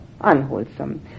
unwholesome